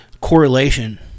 correlation